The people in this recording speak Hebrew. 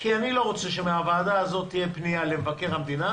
אני לא רוצה שמן הוועדה הזאת תהיה פנייה למבקר המדינה